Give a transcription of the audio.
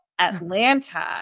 Atlanta